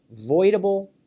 voidable